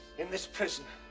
in this prison,